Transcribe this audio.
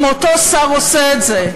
אם אותו שר עושה את זה,